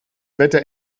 wetter